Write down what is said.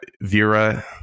Vera